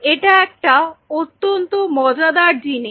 এটা একটা অত্যন্ত মজাদার জিনিস